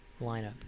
lineup